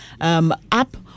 app